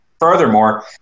furthermore